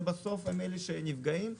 ובסוף הם אלה שנפגעים.